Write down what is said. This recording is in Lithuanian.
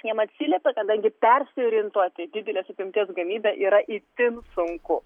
jiem atsiliepia kadangi persiorientuoti didelės apimties gamybe yra itin sunku